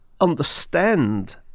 understand